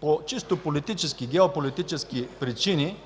по чисто политически, геополитически причини